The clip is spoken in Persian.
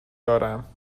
دارم